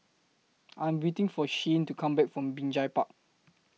I Am waiting For Shyanne to Come Back from Binjai Park